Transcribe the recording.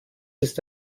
ist